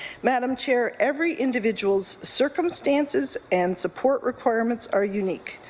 madam chair, every individual's circumstances and support requirements are unique.